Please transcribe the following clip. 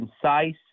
concise